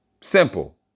Simple